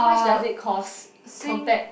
how much does it cost compared